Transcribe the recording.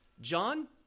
John